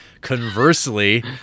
Conversely